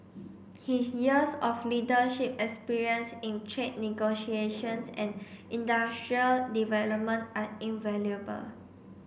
his years of leadership experience in trade negotiations and industrial development are invaluable